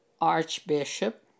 Archbishop